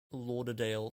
lauderdale